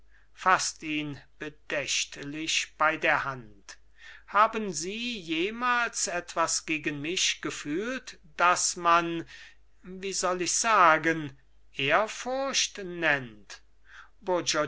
faßt ihn bedächtlich bei der hand haben sie jemals etwas gegen mich gefühlt das man wie soll ich sagen ehrfurcht nennt